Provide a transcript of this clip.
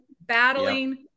battling